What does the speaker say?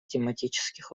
тематических